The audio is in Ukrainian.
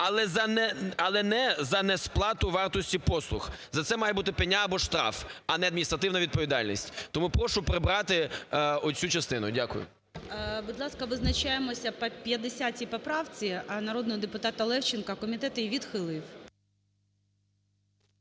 але не за несплату вартості послуг. За це має бути пеня або штраф, а не адміністративна відповідальність. Тому прошу прибрати оцю частину. Дякую. ГОЛОВУЮЧИЙ. Будь ласка, визначаємося по 50 поправці народного депутата Левченка. Комітет її відхилив.